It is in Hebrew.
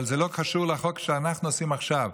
אבל זה לא קשור לחוק שאנחנו עושים עכשיו.